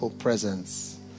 presence